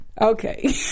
okay